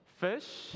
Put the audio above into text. fish